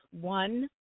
One